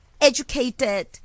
educated